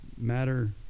Matter